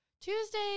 Tuesday